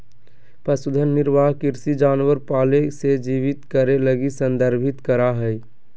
पशुधन निर्वाह कृषि जानवर पाले से जीवित करे लगी संदर्भित करा हइ